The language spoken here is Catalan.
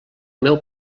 meu